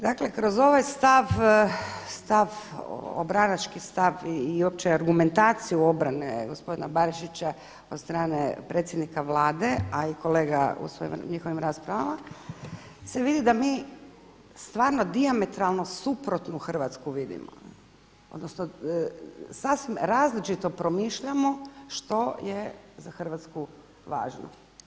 Dakle, kroz ovaj stav, obranački stav i uopće argumentaciju obrane gospodina Barišića od strane predsjednika Vlade, a i kolega u njihovim raspravama se vidi da mi stvarno dijametralno suprotnu Hrvatsku vidimo odnosno sasvim različito promišljamo što je za Hrvatsku važno.